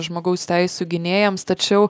žmogaus teisių gynėjams tačiau